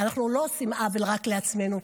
אנחנו לא עושים עוול רק לעצמנו,